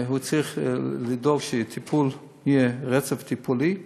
שהוא צריך לדאוג שיהיה רצף טיפולי.